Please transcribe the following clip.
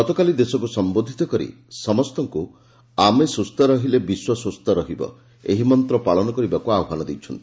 ଗତକାଲି ଦେଶକୁ ସମ୍ଘୋଧିତ କରି ସମ୍ତଙ୍ଙୁ 'ଆମେ ସୁସ୍କ ରହିଲେ ବିଶ୍ୱ ସୁସ୍କ ରହିବ' ଏହି ମନ୍ତ ପାଳନ କରିବାକୁ ଆହ୍ୱାନ ଦେଇଛନ୍ତି